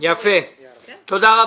תודה.